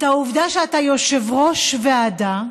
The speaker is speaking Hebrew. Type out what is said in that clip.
את העובדה שאתה יושב-ראש ועדה,